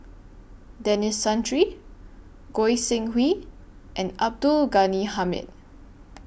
Denis Santry Goi Seng Hui and Abdul Ghani Hamid